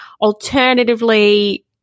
Alternatively